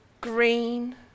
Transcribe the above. Green